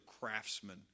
Craftsman